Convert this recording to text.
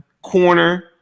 corner